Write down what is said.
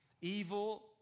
Evil